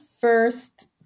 first